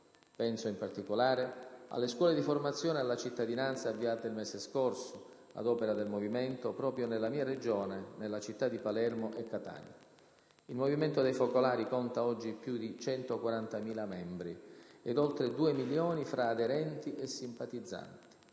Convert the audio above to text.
Penso, in particolare, alle scuole di formazione alla cittadinanza avviate il mese scorso, ad opera del Movimento, proprio nella mia Regione, nelle città di Palermo e Catania. Il Movimento dei Focolari conta, oggi, più di 140.000 membri, ed oltre due milioni fra aderenti e simpatizzanti.